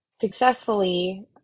successfully